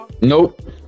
Nope